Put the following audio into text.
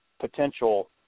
potential